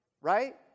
right